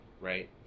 right